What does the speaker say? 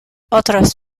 otros